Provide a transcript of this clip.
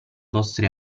vostri